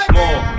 more